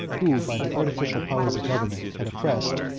who, by the artificial powers of government, had oppressed,